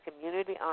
community